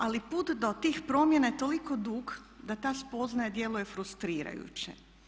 Ali put do tih promjena je toliko dug da ta spoznaja djeluje frustrirajuće.